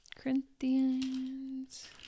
Corinthians